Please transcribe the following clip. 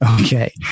Okay